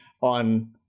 on